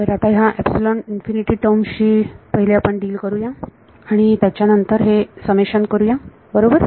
तर आता ह्या एपसिलोन इन्फिनिटी टर्म शी फर्स्ट आपण डील करू या आणि त्यानंतर हे समेशन करूया बरोबर